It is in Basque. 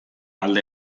alde